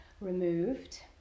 removed